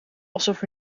alsof